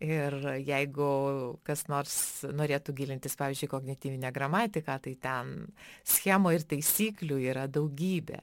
ir jeigu kas nors norėtų gilintis pavyzdžiui į kognityvinę gramatiką tai ten schemų ir taisyklių yra daugybė